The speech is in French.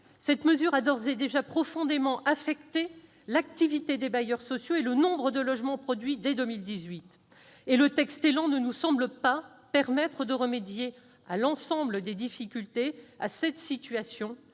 Cette mesure a d'ores et déjà profondément affecté l'activité des bailleurs sociaux et le nombre de logements produits. Or le projet de loi ÉLAN ne nous semble pas permettre de remédier à l'ensemble des difficultés constatées.